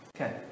Okay